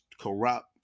corrupt